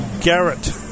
Garrett